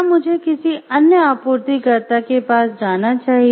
क्या मुझे किसी अन्य आपूर्तिकर्ता के पास जाना चाहिए